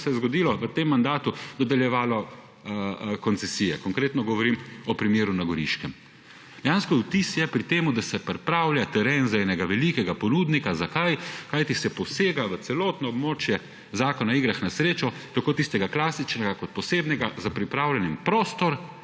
se je zgodilo v tem mandatu, dodeljevali koncesije. Konkretno govorim o primeru na Goriškem. Pri tem je vtis, da se pripravlja teren za enega velikega ponudnika. Zakaj? Posega se v celotno območje Zakona o igrah na srečo, tako klasičnih kot posebnih, za pripravljen en prostor,